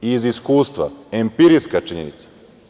Iz iskustva, empirijska činjenica.